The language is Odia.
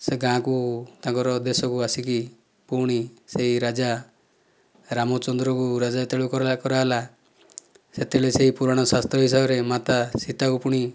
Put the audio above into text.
ସେ ଗାଁ କୁ ତାଙ୍କର ଦେଶକୁ ଆସିକି ପୁଣି ସେଇ ରାଜା ରାମଚନ୍ଦ୍ରଙ୍କୁ ରାଜା ଯେତେବେଳେ କରାହେଲା ସେତେବେଳେ ସେଇ ପୁରୁଣା ଶାସ୍ତ୍ର ହିସାବରେ ମାତା ସୀତାକୁ ପୁଣି